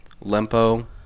Lempo